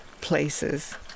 places